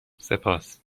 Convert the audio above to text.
سپاس